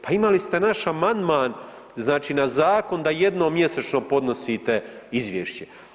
Pa imali ste naš amandman znači na zakon da jednom mjesečno podnosite izvješće.